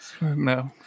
no